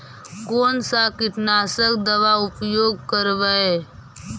कोन सा कीटनाशक दवा उपयोग करबय?